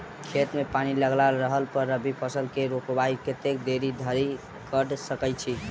खेत मे पानि लागल रहला पर रबी फसल केँ रोपाइ कतेक देरी धरि कऽ सकै छी?